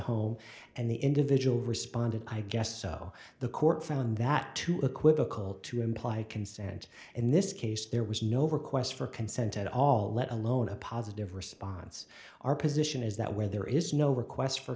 home and the individual responded i guess so the court found that to equivocal to imply consent in this case there was no request for consent at all let alone a positive response our position is that where there is no request for